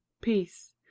Peace